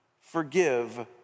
forgive